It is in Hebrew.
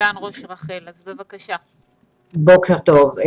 בוקר טוב.